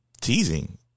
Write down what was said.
teasing